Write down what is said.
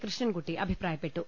കൃഷ്ണൻകുട്ടി അഭിപ്രായപ്പെട്ടു